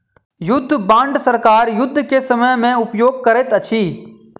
युद्ध बांड सरकार युद्ध के समय में उपयोग करैत अछि